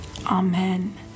amen